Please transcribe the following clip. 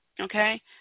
okay